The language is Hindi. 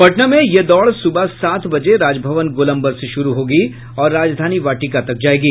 पटना में यह दौड़ सुबह सात बजे राजभवन गोलम्बर से शुरू होगी और राजधानी वाटिका तक जायेगी